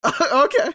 okay